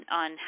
on